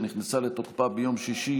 שנכנסה לתוקפה ביום שישי,